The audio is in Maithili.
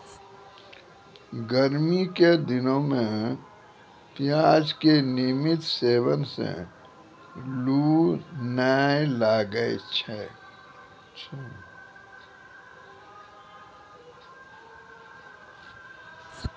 गर्मी के दिनों मॅ प्याज के नियमित सेवन सॅ लू नाय लागै छै